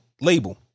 label